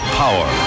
power